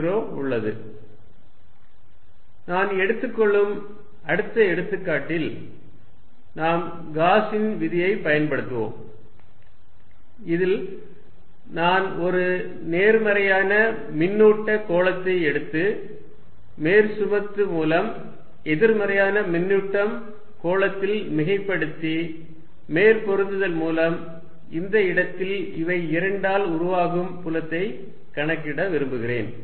r rr rr r5 pr r3 நான் எடுத்துக் கொள்ளும் அடுத்த எடுத்துக்காட்டில் நாம் காஸின் விதியைப் Gauss's law பயன்படுத்துவோம் இதில் நான் ஒரு நேர்மறையான மின்னூட்ட கோளத்தை எடுத்து மேற்சுமத்து மூலம் எதிர்மறையான மின்னூட்டம் கோளத்தில் மிகைப்படுத்தி மேற்பொருந்தல் மூலம் இந்த இடத்தில் இவை இரண்டால் உருவாகும் புலத்தை கணக்கிட விரும்புகிறேன்